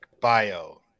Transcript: bio